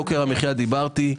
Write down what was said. יוקר המחיה דיברתי,